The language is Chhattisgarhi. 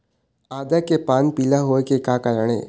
आदा के पान पिला होय के का कारण ये?